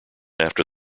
after